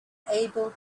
able